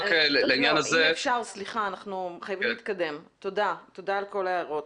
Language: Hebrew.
תודה על כל ההערות.